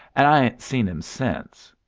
and i ain't seen him since.